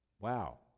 Wow